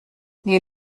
les